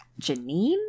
janine